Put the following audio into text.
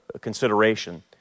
consideration